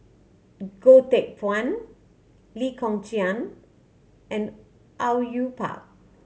Goh Teck Phuan Lee Kong Chian and Au Yue Pak